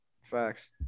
Facts